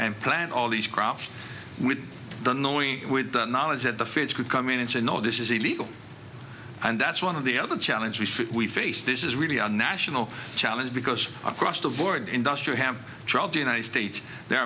and plant all these crops with the knowing with the knowledge that the fish could come in and say no this is illegal and that's one of the other challenge we face this is really a national challenge because across the board the industry have tried the united states there